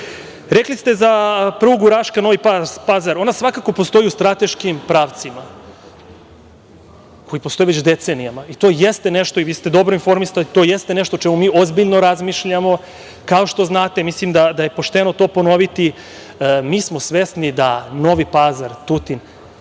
ste za prugu Raška – Novi Pazar. Ona svakako postoji u strateškim pravcima koji postoje već decenijama. Vi ste dobro informisani, to jeste nešto o čemu mi ozbiljno razmišljamo. Kao što znate, mislim da je pošteno to ponoviti, mi smo svesni da Novi Pazar, Tutin,